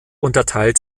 unterteilt